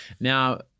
Now